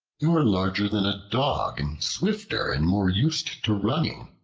you are larger than a dog, and swifter, and more used to running,